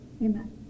Amen